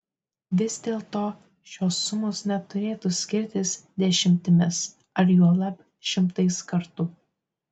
vis dėlto šios sumos neturėtų skirtis dešimtimis ar juolab šimtais kartų